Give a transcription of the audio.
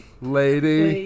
lady